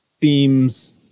themes